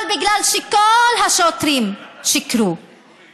אבל מכיוון שכל השוטרים שיקרו,